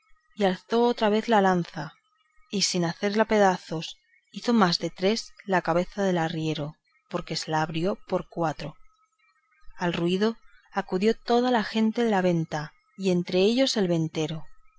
y alzó otra vez la lanza y sin hacerla pedazos hizo más de tres la cabeza del segundo arriero porque se la abrió por cuatro al ruido acudió toda la gente de la venta y entre ellos el ventero